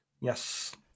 Yes